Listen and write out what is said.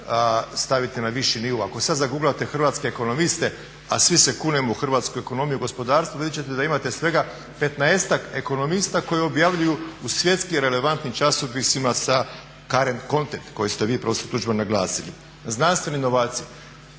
staviti na viši novo. Ako sad zagooglate hrvatske ekonomiste a svi se kunemo u hrvatsku ekonomiju i gospodarstvo vidit ćete da imate svega petnaestak ekonomista koji objavljuju u svjetski relevantnim časopisima sa …/Govornik se ne razumije./… koje ste vi profesor Tuđman naglasili. Znanstveni novaci,